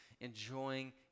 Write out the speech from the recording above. enjoying